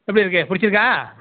எப்படி இருக்குது பிடிச்சிருக்கா